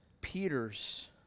Peter's